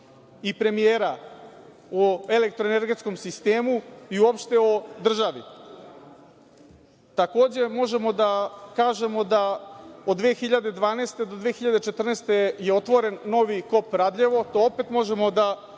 i premijera o elektroenergetskom sistemu i uopšte o državi. Takođe možemo da kažemo da od 2000.-2014. godine je otvoren novi kop Radljevo, to opet možemo da